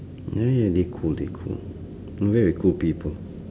ya ya they cool they cool they're very cool people